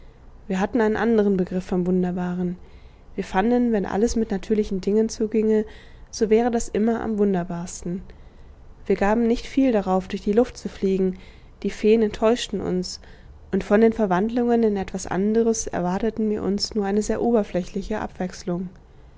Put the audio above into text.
wir hatten einen anderen begriff vom wunderbaren wir fanden wenn alles mit natürlichen dingen zuginge so wäre das immer am wunderbarsten wir gaben nicht viel darauf durch die luft zu fliegen die feen enttäuschten uns und von den verwandlungen in etwas anderes erwarteten wir uns nur eine sehr oberflächliche abwechslung